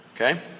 okay